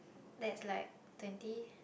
that's like twenty